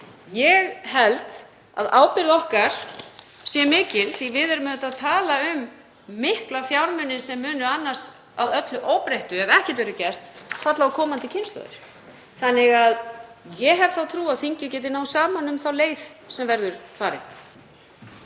Ég held að ábyrgð okkar sé mikil því að við erum auðvitað að tala um mikla fjármuni sem munu annars, að öllu óbreyttu, ef ekkert verður gert, falla á komandi kynslóðir. Þannig að ég hef þá trú að þingið geti náð saman um þá leið sem verður farin.